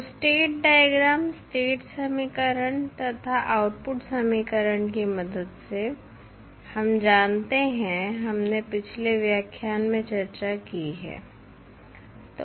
तो state diagram state समीकरण तथा आउटपुट समीकरण की मदद से हम जानते हैं हमने पिछले व्याख्यान में चर्चा की है